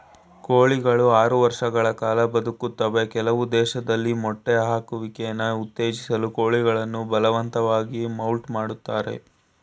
ಕೋಳಿಗಳು ಆರು ವರ್ಷ ಕಾಲ ಬದುಕ್ತವೆ ಕೆಲವು ದೇಶದಲ್ಲಿ ಮೊಟ್ಟೆ ಹಾಕುವಿಕೆನ ಉತ್ತೇಜಿಸಲು ಕೋಳಿಗಳನ್ನು ಬಲವಂತವಾಗಿ ಮೌಲ್ಟ್ ಮಾಡ್ತರೆ